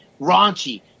raunchy